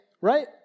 right